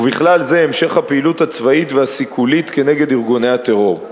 ובכלל זה המשך הפעילות הצבאית והסיכולית נגד ארגוני הטרור.